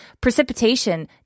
precipitation